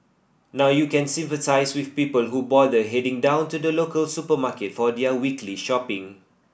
now you can sympathise with people who bother heading down to the local supermarket for their weekly shopping